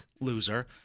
loser